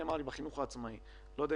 לא צריך